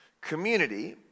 Community